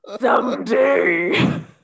Someday